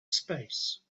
space